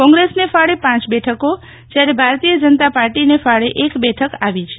કોંગ્રેસને ફાળે પાંચ બેઠકો જયારે ભારતીય જનતા પાર્ટીને ફાળે એક બેઠક આવી છે